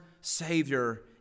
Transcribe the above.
Savior